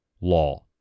law